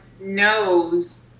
knows